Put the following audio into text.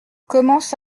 commence